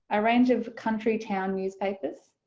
a range of country town newspapers,